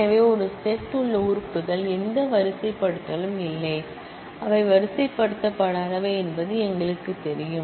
எனவே ஒரு செட் உள்ள மெம்பெர்ஸ் எந்த வரிசைப்படுத்தலும் இல்லை அவை வரிசைப்படுத்தப்படாதவை என்பது எங்களுக்குத் தெரியும்